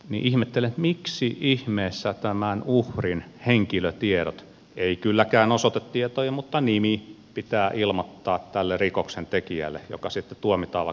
ihmettelen miksi ihmeessä tämän uhrin henkilötiedot ei kylläkään osoitetietoja mutta nimi pitää ilmoittaa tälle rikoksen tekijälle joka sitten tuomitaan vaikka törkeästä raiskauksesta